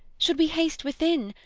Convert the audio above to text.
should we haste within,